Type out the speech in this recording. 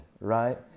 right